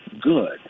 good